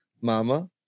Mama